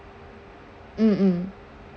mm mm